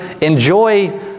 enjoy